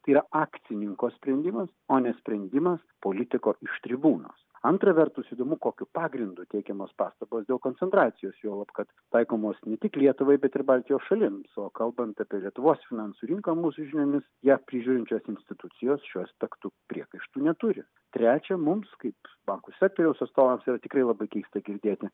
tai yra akcininko sprendimas o ne sprendimas politiko iš tribūnos antra vertus įdomu kokiu pagrindu teikiamos pastabos dėl koncentracijos juolab kad taikomos ne tik lietuvai bet ir baltijos šalims o kalbant apie lietuvos finansų rinką mūsų žiniomis ją prižiūrinčios institucijos šiuo aspektu priekaištų neturi trečia mums kaip bankų sektoriaus atstovams yra tikrai labai keista girdėti